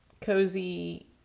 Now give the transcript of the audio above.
cozy